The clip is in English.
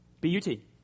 B-U-T